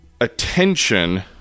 attention